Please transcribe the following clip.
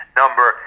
number